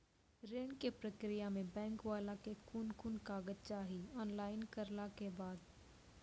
ऋण के प्रक्रिया मे बैंक वाला के कुन कुन कागज चाही, ऑनलाइन करला के बाद?